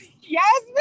yes